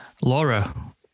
Laura